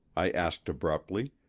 i asked abruptly,